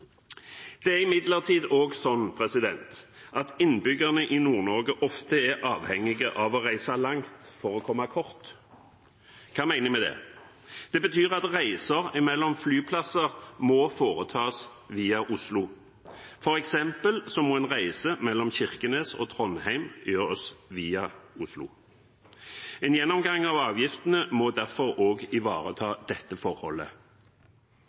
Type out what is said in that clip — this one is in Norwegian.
Det er imidlertid også slik at innbyggerne i Nord-Norge ofte er avhengige av å reise langt for å komme kort. Hva mener jeg med det? Det betyr at reiser mellom flyplasser må foretas via Oslo. For eksempel må en reise mellom Kirkenes og Trondheim gjøres via Oslo. En gjennomgang av avgiftene må derfor også ivareta dette forholdet.